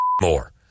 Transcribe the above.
more